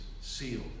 sealed